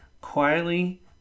quietly